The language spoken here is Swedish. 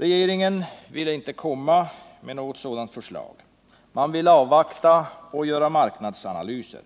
Regeringen ville emellertid inte komma med något sådant förslag. Man vill avvakta och göra marknadsanalyser.